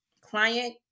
Client